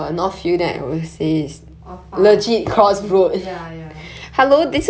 tanah merah